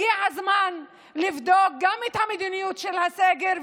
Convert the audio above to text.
הגיע הזמן לבדוק גם את המדיניות של הסגר,